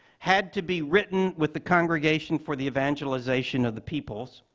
had to be written with the congregation for the evangelization of the peoples,